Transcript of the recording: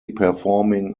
performing